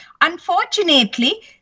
Unfortunately